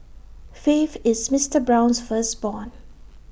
faith is Mister Brown's firstborn